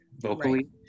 vocally